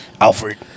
Alfred